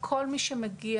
כל מי שמגיע